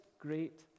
great